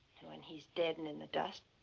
when he'd dead and in the dust,